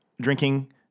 drinking